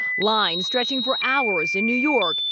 lines stretching for hours in new york,